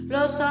Los